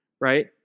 right